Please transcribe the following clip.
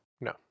No